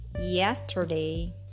yesterday